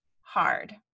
hard